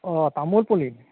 অ তামোল পুলি